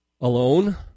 alone